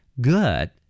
Good